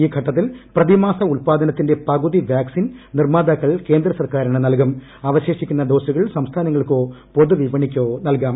ഈ ഘട്ടത്തിൽ പ്രതിമാസ ഉത്പാദനത്തിന്റെ പകുതി വ്യൂക്സിൻ നിർമ്മാതാക്കൾ കേന്ദ്ര സർക്കാരിന് നൽകൂർ അവശേഷിക്കുന്ന ഡോസുകൾ സംസ്ഥാനങ്ങൾക്കോ പൌതുവിപണിയ്ക്കോ നൽകാം